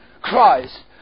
Christ